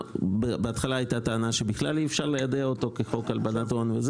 בהתחלה הייתה הטענה שבכלל אי-אפשר ליידע אותו כחוק הלבנת הון.